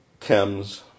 chems